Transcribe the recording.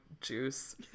juice